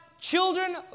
Children